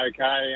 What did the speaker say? okay